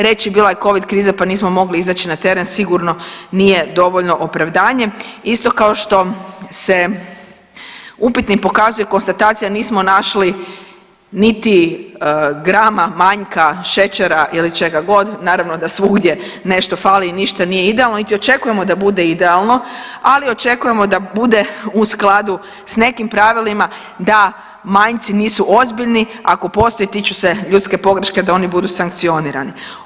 Reći bila je covid kriza pa nismo mogli izaći na teren sigurno nije dovoljno opravdanje, isto kao što se upitnim pokazuje konstatacija nismo našli niti grama manjka šećera ili čega god, naravno da svugdje nešto fali ništa nije idealno niti očekujemo da bude idealno, ali očekujemo da bude u skladu s nekim pravilima da manjci nisu ozbiljni, ako postoje tiču se ljudske pogreške da oni budu sankcionirani.